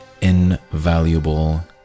invaluable